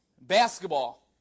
Basketball